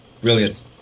Brilliant